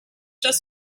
just